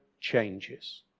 changes